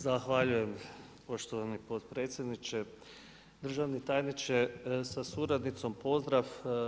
Zahvaljujem poštovani potpredsjedniče, državni tajniče sa suradnicom pozdrav.